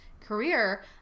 career